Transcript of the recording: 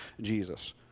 Jesus